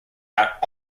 out